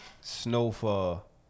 Snowfall